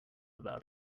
about